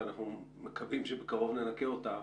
ואנחנו מקווים שבקרוב ננכה אותה,